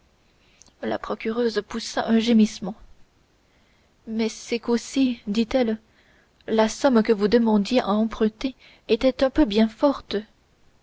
la procureuse poussa un gémissement mais c'est qu'aussi dit-elle la somme que vous demandiez à emprunter était un peu bien forte